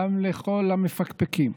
גם לכל המפקפקים,